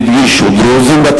בתקשורת הדגישו שהם דרוזים,